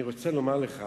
אני רוצה לומר לך